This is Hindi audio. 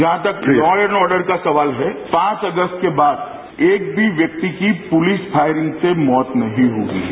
जहां तक लॉ एंड ऑर्डर का सवाल है पांच अगस्त के बाद एक भी व्यक्ति की पुलिस फायरिंग से मौत नहीं हुई है